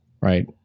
right